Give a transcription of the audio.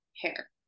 hair